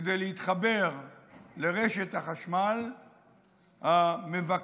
כדי להתחבר לרשת החשמל המבקש